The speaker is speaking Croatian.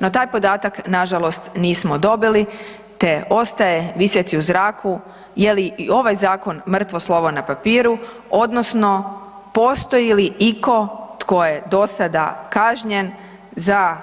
No taj podatak nažalost nismo dobili te ostaje visjeti u zraku je li i ovaj zakon mrtvo slovo na papiru odnosno postoji li iko tko je do sada kažnjen za